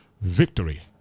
victory